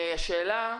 פתיחה,